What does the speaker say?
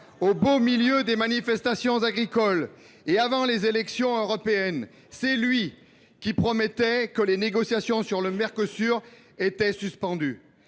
au beau milieu des manifestations agricoles et avant les élections européennes, c’est lui qui assurait que les négociations avec le Mercosur étaient suspendues.